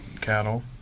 cattle